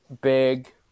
big